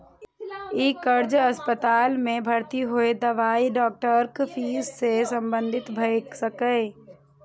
ई खर्च अस्पताल मे भर्ती होय, दवाई, डॉक्टरक फीस सं संबंधित भए सकैए